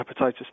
Hepatitis